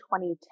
2010